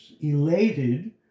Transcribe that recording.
elated